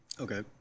Okay